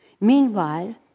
Meanwhile